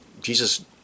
Jesus